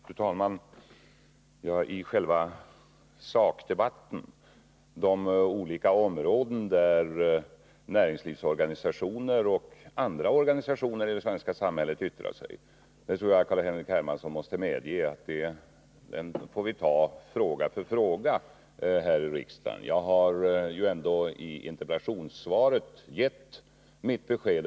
Fru talman! Jag tror att Carl-Henrik Hermansson måste medge att vi här i riksdagen får ta ställning till fråga för fråga när näringslivsorganisationer och andra organisationer inom olika områden av det svenska samhället yttrar sig. I fråga om Svenska arbetsgivareföreningens uttalanden har jag ändå redovisat min ståndpunkt i interpellationssvaret.